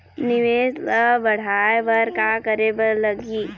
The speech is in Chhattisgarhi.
निवेश ला बड़हाए बर का करे बर लगही?